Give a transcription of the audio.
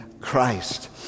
Christ